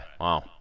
wow